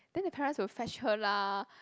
then the parents will fetch her lah